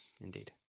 indeed